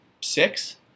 six